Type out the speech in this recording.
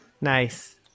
Nice